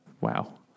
Wow